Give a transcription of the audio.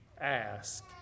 Ask